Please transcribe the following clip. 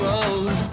Road